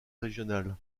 régionale